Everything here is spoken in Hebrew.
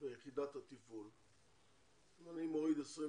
ביחידת התפעול, אם אני מוריד 26